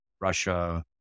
Russia